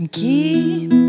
Keep